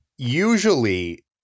Usually